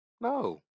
No